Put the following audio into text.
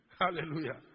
Hallelujah